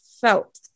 felt